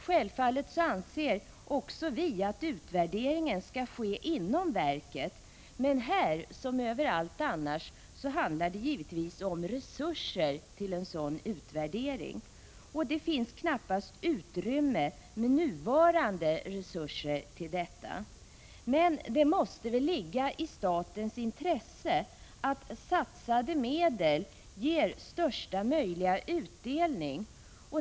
Självfallet anser också vi att utvärderingen skall ske inom verket, men här som överallt annars handlar det givetvis om resurser till en sådan utvärdering. Och det finns knappast utrymme med nuvarande resurser till detta. Men det måste väl ligga i statens intresse att satsade medel ger största möjliga utdelning.